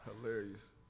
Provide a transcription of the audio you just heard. Hilarious